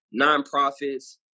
nonprofits